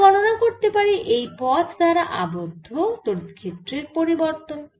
আমরা গণনা করতে পারি এই পথ দ্বারা আবদ্ধ তড়িৎ ক্ষেত্রের পরিবর্তন